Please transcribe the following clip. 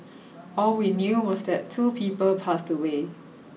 all we knew was that two people passed away